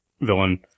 villain